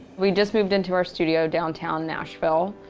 we just moved into our studio downtown nashville.